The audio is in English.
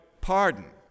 pardon